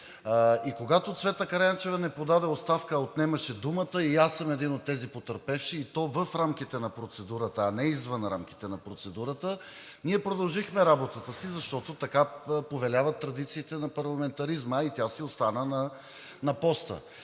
И когато Цвета Караянчева не подаде оставка, а отнемаше думата – и аз съм един от тези потърпевши, и то в рамките на процедурата, а не извън рамките на процедурата, ние продължихме работата си, защото така повеляват традициите на парламентаризма, а и тя си остана на поста,